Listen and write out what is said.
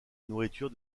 nourriture